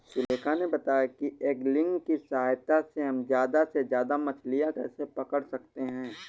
सुलेखा ने बताया कि ऐंगलिंग की सहायता से हम ज्यादा से ज्यादा मछलियाँ कैसे पकड़ सकते हैं